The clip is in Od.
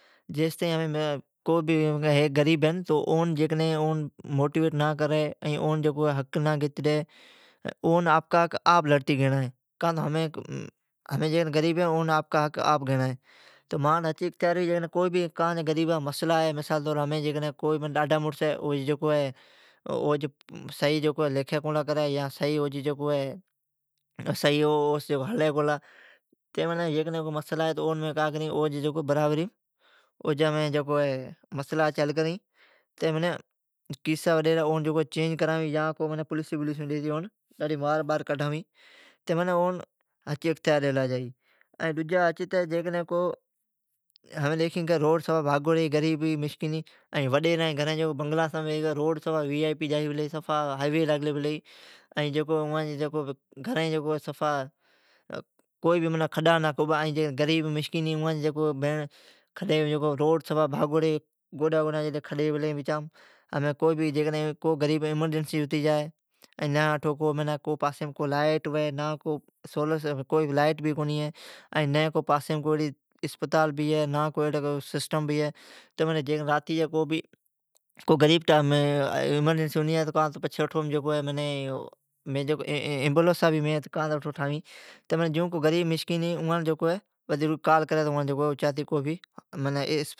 جیستائین ھیک کو بھی غریب ھین تو اون جیکڈھن اون موٹیویٹ نا کرا اون جکو حق نا گیتی ڈی اون آپکا آپ لڑتی گیڑان ہے۔ ھمین جکو غریب ہے، اون حق آپہ گیڑان ہے۔ کانجی غریبا جا مسلا ہے۔ مثالطور کوئی بہڈاڈھا مڑس ہے، او جی لیکھی صحیح کولی کری۔ ائین او سون صحیح ھلی کونی لا۔ او جی برابریم جکو مسلا ھچ حل کری کیسا وڈیرا اون چینج کراوین پولیسین ڈیتی ڈاڈھی مار کڈھاوین۔ روڈ جکو بھاجوڑا ہے، ائین وڈیران جی بنگلان سامین جائی اوی وی آء پی ھی، ائین سفا ھاء وئی لاگلی پلی ھی۔ اوان جی گھرین نکو کھڈا نکو کھبا۔ غریب مسکین ھی جکو، روڈ بھاجوڑی ھی۔ گوڈی جڈی کھڈی پلی ھی بچمان۔ ھمین جکو کوئی بھی غریب ایمرجنسی ھتی جا تو۔ نا پاسیم لائیٹ یا سولر سسٹم ھوی نا پاسیم کو ایڑی اسپتال بھی ہے۔ غریب جکو ہے اوس ایمرجنسی ھنی جا چھی جکو ایمبولینس اوی کال کری تو بھی اچاتی پھچالی جا۔